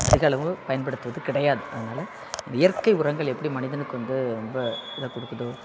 அதிகளவு பயன்படுத்துவது கிடையாது அதனால் இயற்கை உரங்கள் எப்படி மனிதனுக்கு வந்து ரொம்ப இதை கொடுக்குதோ